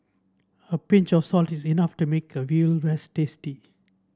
a pinch of salt is enough to make a veal rice tasty